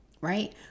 Right